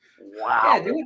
Wow